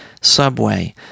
Subway